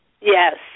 Yes